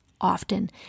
often